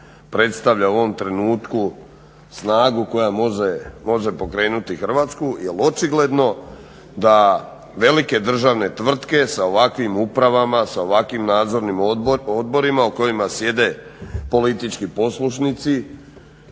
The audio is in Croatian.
predstavlja u ovom trenutku snagu koja može pokrenuti Hrvatsku jer očigledno da velike državne tvrtke sa ovakvim upravama, sa ovakvim nadzornim odborima u kojima sjede politički poslušnici